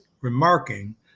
remarking